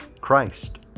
Christ